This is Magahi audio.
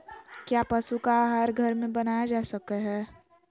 क्या पशु का आहार घर में बनाया जा सकय हैय?